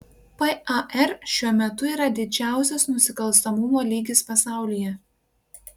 par šiuo metu yra didžiausias nusikalstamumo lygis pasaulyje